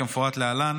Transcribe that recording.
כמפורט להלן: